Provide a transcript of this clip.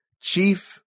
Chief